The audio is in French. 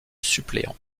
suppléant